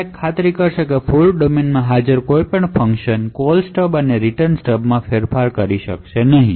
આ એક ખાતરી કરશે કે ફોલ્ટ ડોમેનમાં હાજર કોઈપણ ફંક્શન કોલસ્ટબ અને રીટર્ન સ્ટબમાં ફેરફાર કરી શકશે નહીં